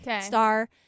star